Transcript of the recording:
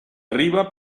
arriba